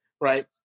Right